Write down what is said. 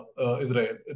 Israel